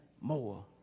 more